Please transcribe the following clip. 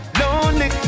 lonely